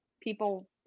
people